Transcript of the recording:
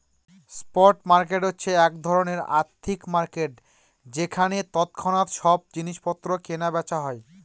spot market হচ্ছে এক ধরনের আর্থিক মার্কেট যেখানে তৎক্ষণাৎ সব জিনিস পত্র কেনা বেচা হয়